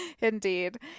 indeed